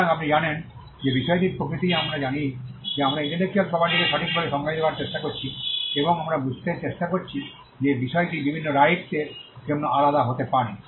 সুতরাং আপনি জানেন যে বিষয়টির প্রকৃতি আমরা জানি যে আমরা ইন্টেলেকচুয়াল প্রপার্টিকে সঠিকভাবে সংজ্ঞায়িত করার চেষ্টা করছি এবং আমরা বুঝতে চেষ্টা করছি যে বিষয়টি বিভিন্ন রাইটস এর জন্য আলাদা হতে পারে